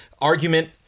argument